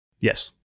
Yes